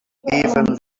even